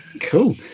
Cool